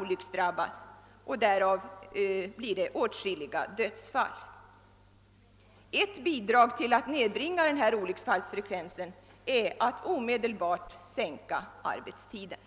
olycksfall kommer att få dödlig utgång. Ett bidrag till att nedbringa olycksfallsfrekvensen vore att omedelbart sänka arbetstiden.